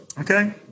Okay